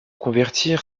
convertir